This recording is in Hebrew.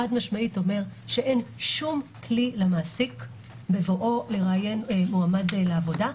חד-משמעית אומר שאין כלי למעסיק בבואו לראיין מועמד לעבודה,